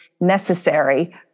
necessary